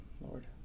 Lord